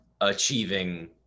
achieving